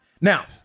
Now